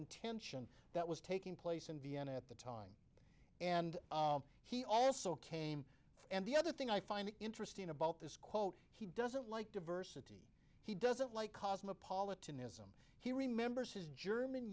and tension that was taking place in vienna at the time and he also came and the other thing i find interesting about this quote he doesn't like diversity he doesn't like cosmopolitanism he remembers his german